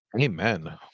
Amen